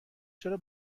چرا